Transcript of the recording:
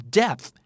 depth